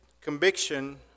conviction